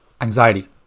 Anxiety